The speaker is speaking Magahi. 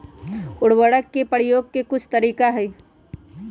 उरवरक के परयोग के कुछ तरीका हई